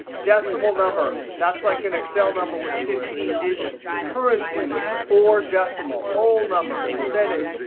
decimal number, that's like an excel number with fifteen digits. currency with four decimal. whole number, percentage,